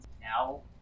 now